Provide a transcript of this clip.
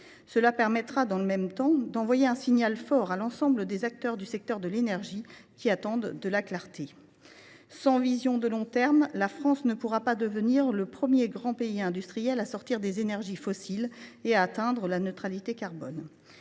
Cela permettra dans le même temps d’envoyer un signal fort à l’ensemble des acteurs du secteur de l’énergie qui attendent de la clarté. Sans vision de long terme, la France ne pourra pas devenir le premier grand pays industriel à sortir des énergies fossiles et à atteindre la neutralité carbone.